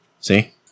See